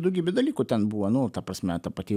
daugybė dalykų ten buvo nu ta prasme ta pati